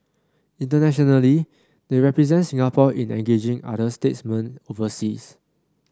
internationally they represent Singapore in engaging other statesmen overseas